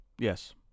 yes